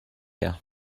her